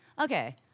okay